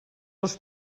els